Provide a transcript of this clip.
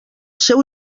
seu